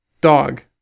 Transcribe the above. Dog